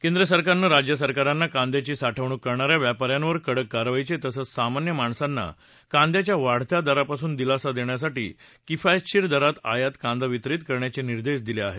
केंद्र सरकारनं राज्य सरकाराना कांद्याची साठवणूक करणा या व्यापा यांवर कडक कारवाईचे तसंच सामान्य माणसांना कांद्याच्या वाढत्या दरापासून दिलासा देण्यासाठी किफायतशीर दरात आयात कांदा वितरीत करण्याचे निर्देश दिले आहेत